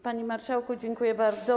Panie marszałku, dziękuję bardzo.